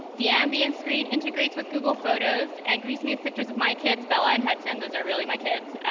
the ambient screen integrates with google photos and greets me with pictures of my kids, bella and hudson those are really my kids.